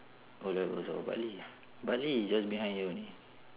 O levels I was bartley bartley is just behind here only